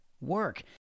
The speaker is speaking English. work